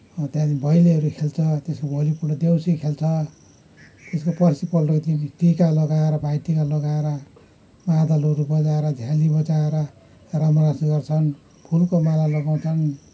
त्यहाँदेखि भैलोहरू खेल्छ भोलिपल्ट देउसी खेल्छ त्यसको पर्सिपल्ट चाहिँ टिका लगाएर भाइटिका लगाएर मादलहरू बजाएर झ्याली बजाएर रामरस गर्छन् फुलको माला लगाउँछन्